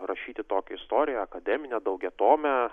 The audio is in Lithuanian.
rašyti tokią istoriją akademinę daugiatomę